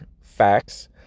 facts